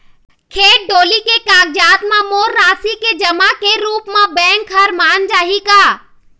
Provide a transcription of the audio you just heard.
खेत डोली के कागजात म मोर राशि के जमा के रूप म बैंक हर मान जाही का?